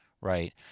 Right